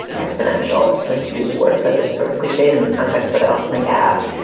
exponential a to use word that is sort of cliched in this context. but i also think apt.